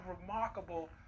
remarkable